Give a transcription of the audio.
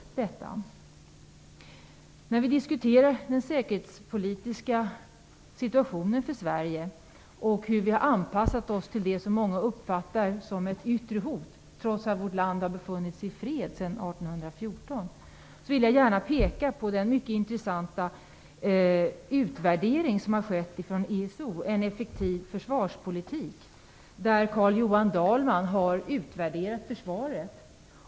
När vi diskuterar Sveriges säkerhetspolitiska situation och hur vi har anpassat oss till det som många uppfattar som ett yttre hot, trots att vårt land har befunnit sig i fred sedan 1814, vill jag gärna peka på den mycket intressanta utvärderingen från ESO - En effektiv försvarspolitik. Carl Johan Dahlman har utvärderat försvaret.